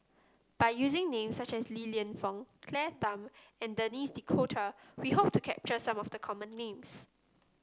by using names such as Li Lienfung Claire Tham and Denis D'Cotta we hope to capture some of the common names